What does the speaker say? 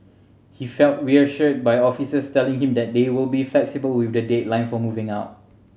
he felt reassured by officers telling him that they will be flexible with the deadline for moving out